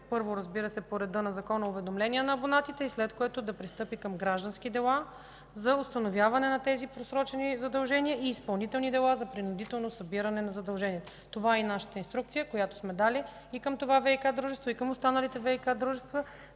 първо – по реда на законно уведомление на абонатите, след което да пристъпи към граждански дела за установяване на тези просрочени задължения и изпълнителни дела за принудително събиране на задълженията. Това е нашата инструкция, която сме дали към това ВиК дружество и към останалите ВиК дружества